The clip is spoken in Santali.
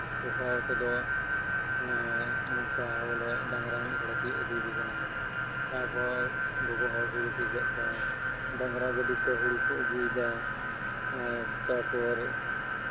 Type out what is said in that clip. ᱦᱚᱲ ᱠᱚᱫᱚ ᱮᱫ ᱱᱚᱝᱠᱟ ᱵᱚᱞᱮ ᱰᱟᱝᱨᱟ ᱢᱤᱫᱦᱚᱲᱮ ᱛᱤᱭᱳᱜ ᱤᱫᱤᱭᱮ ᱠᱟᱱᱟ ᱛᱟᱨᱯᱚᱨ ᱜᱚᱜᱚ ᱦᱚᱲ ᱦᱳᱲᱳ ᱠᱚ ᱜᱮᱫ ᱤᱫᱤᱭᱮᱫᱟ ᱰᱟᱝᱨᱟ ᱜᱟᱹᱰᱤ ᱛᱮ ᱦᱳᱲᱳ ᱠᱚ ᱟᱹᱜᱩᱭᱮᱫᱟ ᱮᱫ ᱛᱟᱨᱯᱚᱨ